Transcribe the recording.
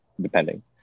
depending